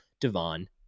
Devon